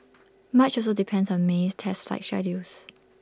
much also depends on May's test flight schedules